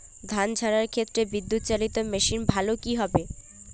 ধান ঝারার ক্ষেত্রে বিদুৎচালীত মেশিন ভালো কি হবে?